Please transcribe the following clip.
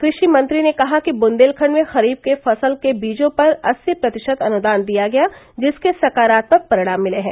कृष्टि मंत्री ने कहा कि बुन्देलखण्ड में खरीफ के फसल के बीजों पर अस्सी प्रतिशत अनुदान दिया गया जिसके सकारात्मक परिणाम मिले हैं